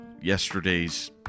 yesterday's